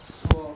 说